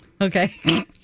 Okay